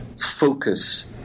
focus